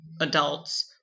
adults